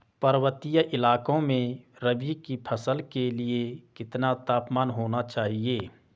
पर्वतीय इलाकों में रबी की फसल के लिए कितना तापमान होना चाहिए?